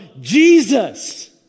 Jesus